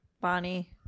Bonnie